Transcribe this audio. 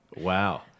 Wow